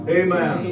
amen